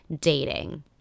dating